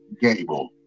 Gable